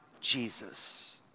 Jesus